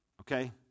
okay